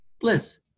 Bliss